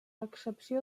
excepció